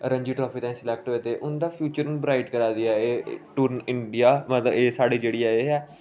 Ranji trophy ताईं select होए ते उं'दा फ्यूचर हून ब्राइट करा दी ऐ एह् टूरना इंडिया मतलब एह् साढ़ी जेह्ड़ी एह् ऐ